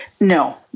No